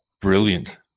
brilliant